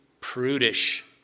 prudish